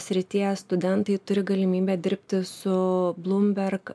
srities studentai turi galimybę dirbti su bloomberg